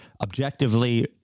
objectively